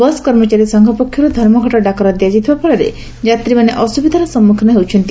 bus କର୍ମଚାରୀ ସଂଘ ପକ୍ଷରୁ ଧର୍ମଘଟ ଡାକରା ଦିଆଯାଇଥିବା ଫଳରେ ଯାତ୍ରୀମାନେ ଅସ୍ବିଧାର ସମ୍ମୁଖୀନ ହେଉଛନ୍ତି